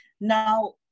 Now